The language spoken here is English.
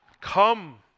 come